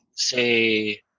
Say